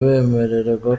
bemererwa